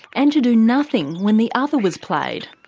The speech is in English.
and to do nothing when the other was played,